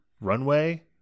runway